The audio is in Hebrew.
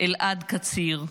אלעד קציר,